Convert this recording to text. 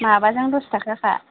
माबाजों दसथाखा खा